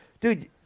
dude